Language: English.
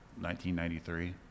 1993